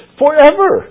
forever